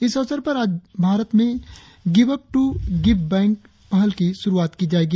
इस अवसर पर आज भारत में give up to give bank पहल की शुरुआत की जायेगी